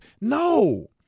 No